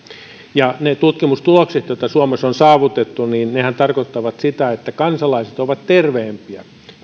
ne tutkimustuloksethan joita suomessa on saavutettu tarkoittavat sitä että kansalaiset ovat terveempiä